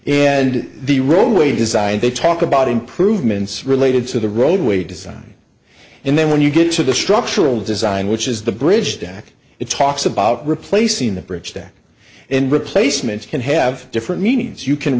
in the wrong way design they talk about improvements related to the roadway design and then when you get to the structural design which is the bridge back it talks about replacing the bridge stack and replacements can have different meanings you can